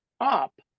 up